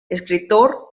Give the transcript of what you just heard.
escritor